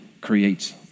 creates